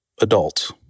adults